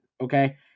okay